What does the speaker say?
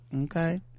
okay